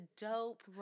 dope